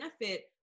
benefit